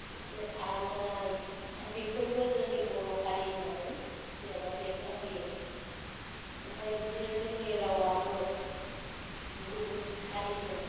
आर'नाइ बेफोरबो जोंनि बर' हारि होननानै जेनबा बेरखांहोयो ओमफ्राय बिदिनो जोंनि रावाबो गुबुन हारिजों